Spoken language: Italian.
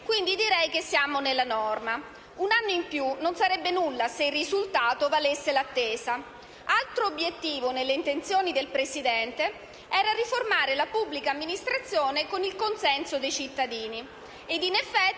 quindi direi che siamo nella norma. Un anno in più non sarebbe nulla se il risultato valesse l'attesa. Altro obiettivo nelle intenzioni del Presidente era riformare la pubblica amministrazione con il consenso dei cittadini. In effetti,